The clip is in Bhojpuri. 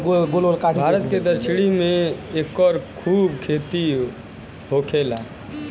भारत के दक्षिण में एकर खूब खेती होखेला